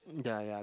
mm ya ya